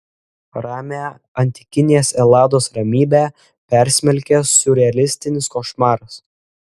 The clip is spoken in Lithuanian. ramią antikinės elados ramybę persmelkia siurrealistinis košmaras